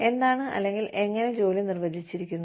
എന്താണ് അല്ലെങ്കിൽ എങ്ങനെ ജോലി നിർവചിച്ചിരിക്കുന്നു